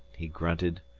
he grunted.